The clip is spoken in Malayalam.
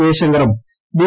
ജയശങ്കറും ബി